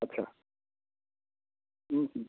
আচ্ছা হুম হুম